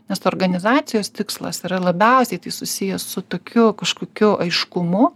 nes organizacijos tikslas yra labiausiai tai susijęs su tokiu kažkokiu aiškumu